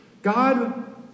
God